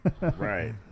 Right